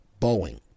Boeing